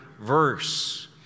verse